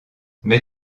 mets